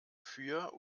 für